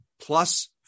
plus